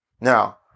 Now